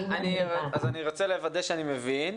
אני רוצה לוודא שאני מבין.